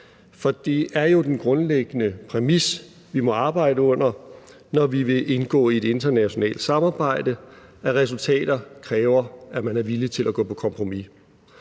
For det er jo den grundlæggende præmis, vi må arbejde under, når vi vil indgå i et internationalt samarbejde, at resultater kræver, at man er villig til at gå på kompromis.